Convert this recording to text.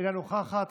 אינה נוכחת,